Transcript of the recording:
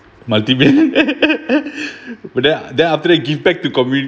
multimillionaire but then then after that give back to community